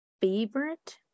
favorite